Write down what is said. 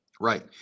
Right